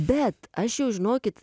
bet aš jau žinokit